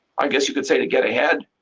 i guess you could say, to get ahead.